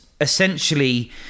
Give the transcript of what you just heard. essentially